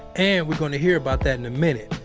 and we're going to hear about that in a minute.